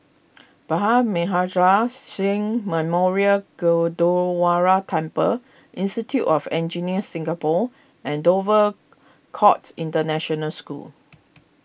Bhai Maharaj Singh Memorial Gurdwara Temple Institute of Engineers Singapore and Dover Court International School